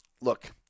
Look